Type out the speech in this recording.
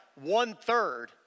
one-third